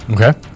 Okay